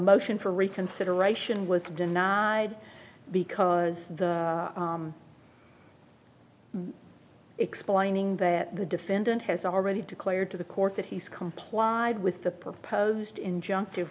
motion for reconsideration was denied because the explaining that the defendant has already declared to the court that he's complied with the proposed inju